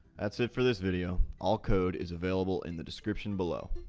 that's it for this video. all code is available in the description below.